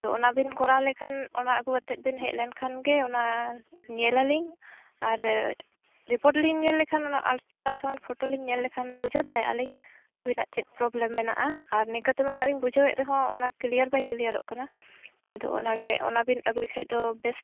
ᱚᱱᱟᱵᱤᱱ ᱠᱚᱨᱟᱣ ᱞᱮᱠᱷᱟᱱ ᱚᱱᱟ ᱟᱹᱜᱩ ᱠᱟᱛᱮᱫ ᱵᱮᱱ ᱦᱮᱡ ᱞᱮᱱᱠᱷᱟᱱ ᱜᱮ ᱚᱱᱟ ᱧᱮᱞᱟᱞᱤᱧ ᱟᱨ ᱨᱤᱯᱳᱴ ᱞᱤᱧ ᱧᱮᱞ ᱞᱮᱠᱷᱟᱱ ᱚᱱᱟ ᱟᱞᱴᱨᱟᱥᱚᱱ ᱯᱷᱳᱴᱳ ᱞᱤᱧ ᱧᱮᱞ ᱞᱮᱠᱷᱟᱱ ᱵᱩᱡᱷᱟᱹᱣ ᱫᱟᱲᱮᱭᱟᱜᱼᱟ ᱞᱤᱧ ᱟᱹᱵᱤᱱᱟᱜ ᱪᱮᱫ ᱯᱨᱳᱵᱞᱮᱢ ᱢᱮᱱᱟᱜᱼᱟ ᱟᱨ ᱱᱤᱠᱟᱹ ᱛᱮᱢᱟ ᱱᱟᱦᱟᱜᱞᱤᱧ ᱵᱩᱡᱷᱟᱹᱣ ᱮᱫ ᱨᱮᱦᱚᱸ ᱚᱱᱟ ᱠᱞᱤᱭᱟᱨ ᱵᱟᱭ ᱠᱞᱤᱭᱟᱨᱚᱜ ᱠᱟᱱᱟ ᱟᱫᱚ ᱚᱱᱟᱜᱮ ᱚᱱᱟᱵᱤᱱ ᱟᱹᱜᱩᱭ ᱠᱷᱟᱱ ᱫᱚ ᱵᱮᱥ